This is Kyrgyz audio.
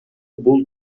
бул